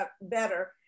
better